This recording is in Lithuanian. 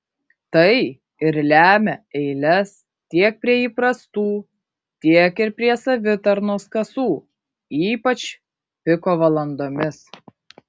tai ir lemia eiles tiek prie įprastų tiek ir prie savitarnos kasų ypač piko valandomis